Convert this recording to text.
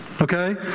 okay